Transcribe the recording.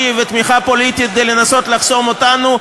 ותמיכה פוליטית כדי לנסות לחסום אותנו,